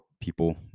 people